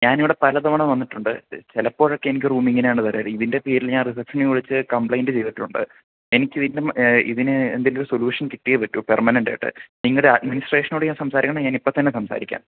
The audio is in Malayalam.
ഞാൻ ഇവിടെ പലതവണ വന്നിട്ടുണ്ട് ചിലപ്പോഴൊക്കെ എനിക്ക് റൂം ഇങ്ങനെയാണ് തരാറ് ഇതിൻ്റെ പേരിൽ ഞാൻ റിസപ്ഷനിൽ വിളിച്ച് കംപ്ലയിൻറ്റ് ചെയ്തിട്ടുണ്ട് എനിക്ക് വീണ്ടും ഇതിന് എന്തെങ്കിലും ഒരു സൊലൂഷൻ കിട്ടിയേ പറ്റൂ പേർമനെൻറ്റ് ആയിട്ട് നിങ്ങളുടെ അഡ്മിനിസ്ട്രേഷനോട് ഞാൻ സംസാരിക്കണമെങ്കിൽ ഞാൻ ഇപ്പം തന്നെ സംസാരിക്കാം